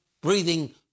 breathing